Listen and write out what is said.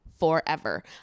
forever